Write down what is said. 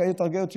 כאלה טרגדיות שיש,